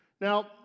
Now